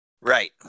Right